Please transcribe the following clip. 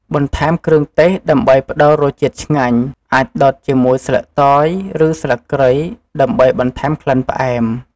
បន្ថែមគ្រឿងទេស ដើម្បីផ្តល់រសជាតិឆ្ងាញ់ អាចដុតជាមួយស្លឹកតយ ឬស្លឹកគ្រៃ ដើម្បីបន្ថែមក្លិនផ្អែម។